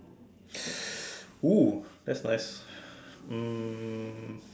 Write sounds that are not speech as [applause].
!woo! that's nice [breath] um